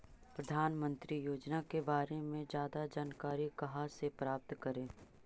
प्रधानमंत्री योजना के बारे में जादा जानकारी कहा से प्राप्त करे?